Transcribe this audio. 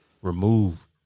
Remove